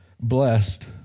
blessed